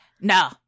no